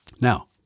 Now